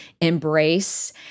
embrace